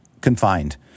confined